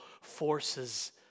forces